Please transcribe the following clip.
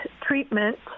treatment